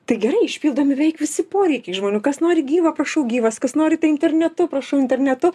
tai gerai išpildomi beveik visi poreikiai žmonių kas nori gyvo prašau gyvas kas norite internetu prašau internetu